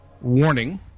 warning